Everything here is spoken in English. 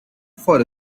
for